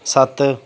ਸੱਤ